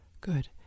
Good